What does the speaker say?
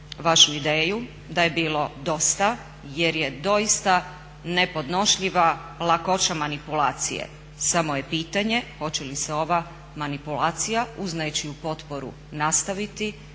vašu ideju da je bilo dosta jer je doista nepodnošljiva lakoća manipulacije. Samo je pitanje hoće li se ova manipulacija uz nečiju potporu nastaviti